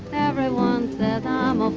everyone says um i'm